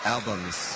Albums